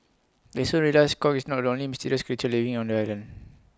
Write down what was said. they soon realise Kong is not the only mysterious creature living on the island